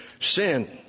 sin